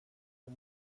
اون